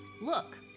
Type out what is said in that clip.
Look